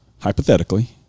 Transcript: hypothetically